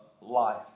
life